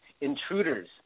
Intruders